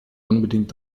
unbedingt